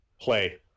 Play